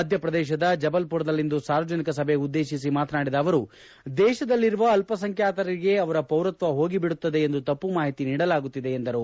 ಮಧ್ಯಪ್ರದೇಶದ ಜಬಲ್ಪುರದಲ್ಲಿಂದು ಸಾರ್ವಜನಿಕ ಸಭೆ ಉದ್ದೇಶಿಸಿ ಮಾತನಾಡಿದ ಅವರು ದೇಶದಲ್ಲಿರುವ ಅಲ್ಪಸಂಖ್ಯಾತರಿಗೆ ಅವರ ಪೌರತ್ವ ಹೋಗಿ ಬಿಡುತ್ತದೆ ಎಂದು ತಪ್ಪು ಮಾಹಿತಿ ನೀಡಲಾಗುತ್ತಿದೆ ಎಂದು ತಿಳಿಸಿದರು